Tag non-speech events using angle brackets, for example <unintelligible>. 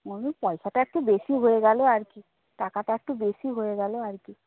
<unintelligible> পয়সাটা একটু বেশি হয়ে গেল আর কি টাকাটা একটু বেশি হয়ে গেল আর কি